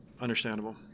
Understandable